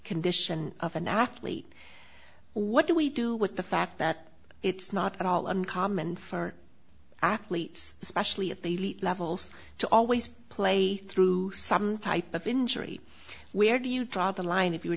condition of an actually what do we do with the fact that it's not at all uncommon for athletes especially at the levels to always play through some type of injury where do you draw the line if you were